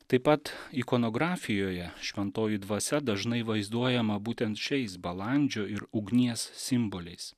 taip pat ikonografijoje šventoji dvasia dažnai vaizduojama būtent šiais balandžio ir ugnies simboliais